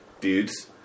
dudes